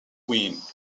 queens